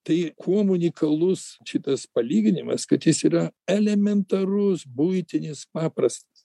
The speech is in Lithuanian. tai kuom unikalus šitas palyginimas kad jis yra elementarus buitinis paprastas